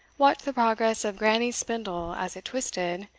watched the progress of grannies spindle as it twisted,